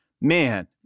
Man